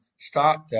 start